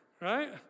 right